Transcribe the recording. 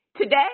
today